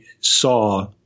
saw